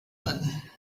one